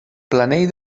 planell